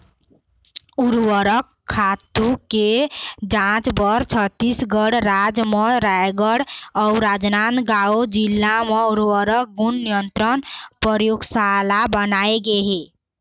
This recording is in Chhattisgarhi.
उरवरक खातू के जांच बर छत्तीसगढ़ राज म रायगढ़ अउ राजनांदगांव जिला म उर्वरक गुन नियंत्रन परयोगसाला बनाए गे हे